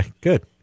Good